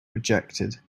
rejected